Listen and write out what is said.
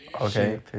Okay